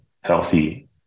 healthy